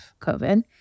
COVID